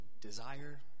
desire